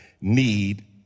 need